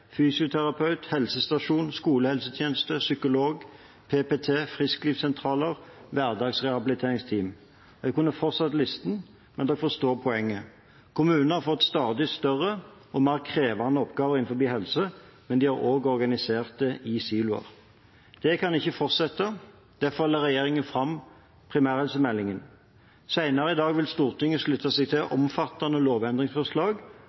fysioterapeut, helsestasjon, skolehelsetjeneste, psykolog, PPT, frisklivssentraler, hverdagsrehabiliteringsteam – jeg kunne fortsatt listen – men dere forstår poenget. Kommunene har fått stadig større og mer krevende oppgaver innenfor helse, men de har organisert det i siloer. Det kan ikke fortsette. Derfor la regjeringen fram primærhelsemeldingen. Senere i dag vil Stortinget slutte seg til omfattende lovendringsforslag